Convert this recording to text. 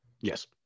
Yes